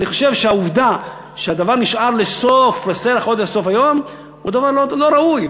אני חושב שהעובדה שהדבר נשאר לסוף סדר-היום היא דבר לא ראוי.